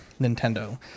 Nintendo